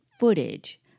footage